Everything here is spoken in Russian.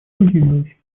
удивилась